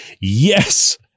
yes